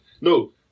No